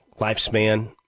lifespan